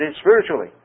spiritually